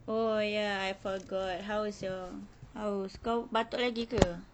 oh ya I forgot how is your haus kau batuk lagi ke